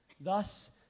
Thus